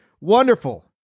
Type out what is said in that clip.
Wonderful